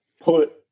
put